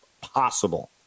possible